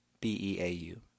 B-E-A-U